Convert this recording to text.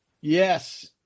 Yes